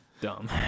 dumb